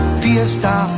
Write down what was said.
fiesta